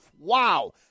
Wow